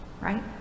right